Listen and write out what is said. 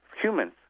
humans